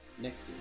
Next